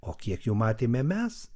o kiek jų matėme mes